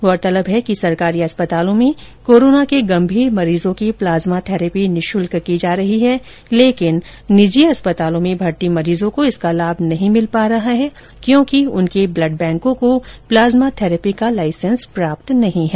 गौरतलब है कि सरकारी चिकित्सालयों में कोरोना के गंभीर मरीजों की प्लाज्मा थेरेपी निशुल्क की जा रही है लेकिन निजी चिकित्सालय में भर्ती मरीजों को इसका लाभ नहीं भिल पा रहा है क्योंकि उनके ब्लड बैंकों को प्लाजमा थेरेपी का लाइसेंस प्राप्त नहीं है